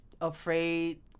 afraid